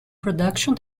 production